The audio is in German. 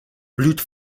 blüht